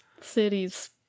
cities